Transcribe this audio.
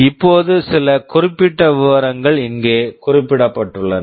இப்போது சில குறிப்பிட்ட விவரங்கள் இங்கே குறிப்பிடப்பட்டுள்ளன